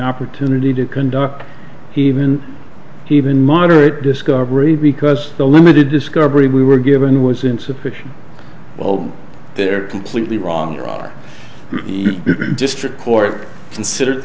opportunity to conduct he even he even moderate discovery because the limited discovery we were given was insufficient well they're completely wrong or our district court considered